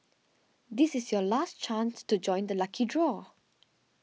this is your last chance to join the lucky draw